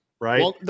right